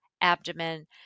abdomen